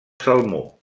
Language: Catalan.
salmó